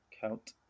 count